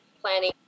planning